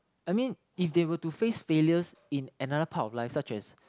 I mean if they were to face failures in another part of life such as